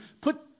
put